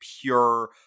pure